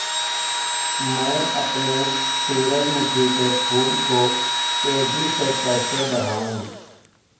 मैं अपने सूरजमुखी के फूल को तेजी से कैसे बढाऊं?